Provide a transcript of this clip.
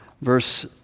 verse